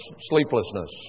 sleeplessness